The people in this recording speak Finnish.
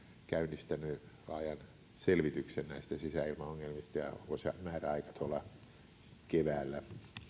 käynnistänyt laajan selvityksen näistä sisäilmaongelmista ja sen määräaika on keväällä